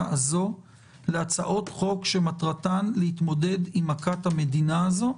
הזו להצעות חוק שמטרתן להתמודד עם מכת המדינה הזאת.